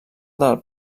del